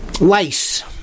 lice